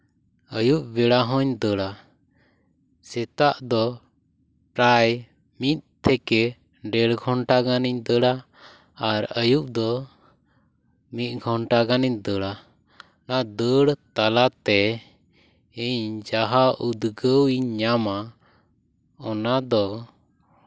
ᱟᱹᱭᱩᱵ ᱵᱮᱲᱟ ᱦᱚᱸᱧ ᱫᱟᱹᱲᱟ ᱥᱮᱛᱟᱜ ᱫᱚ ᱯᱨᱟᱭ ᱢᱤᱫ ᱛᱷᱮᱠᱮ ᱰᱮᱲ ᱜᱷᱚᱱᱴᱟ ᱜᱟᱱᱤᱧ ᱫᱟᱹᱲᱟ ᱟᱨ ᱟᱹᱭᱩᱵ ᱫᱚ ᱢᱤᱫ ᱜᱷᱚᱱᱴᱟ ᱜᱟᱱᱤᱧ ᱫᱟᱹᱲᱟ ᱚᱱᱟ ᱫᱟᱹᱲ ᱛᱟᱞᱟᱛᱮ ᱤᱧ ᱡᱟᱦᱟᱸ ᱩᱫᱜᱟᱹᱣᱤᱧ ᱧᱟᱢᱟ ᱚᱱᱟᱫᱚ